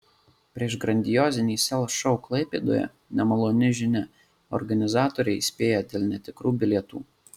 prieš grandiozinį sel šou klaipėdoje nemaloni žinia organizatoriai įspėja dėl netikrų bilietų